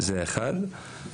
זה אחד.